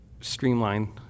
streamline